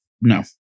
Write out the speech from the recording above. No